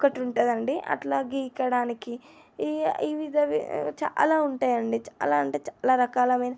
ఒకటి ఉంటుందండి అట్లా గీకడానికి ఈ ఈ విధ చాలా ఉంటాయండి చాలా అంటే చాలా రకాలమైన